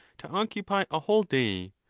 to occupy a whole day,